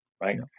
Right